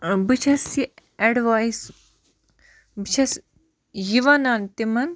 بہٕ چھَس یہِ اٮ۪ڈوایِس بہٕ چھَس یہِ وَنان تِمَن